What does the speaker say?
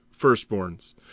firstborns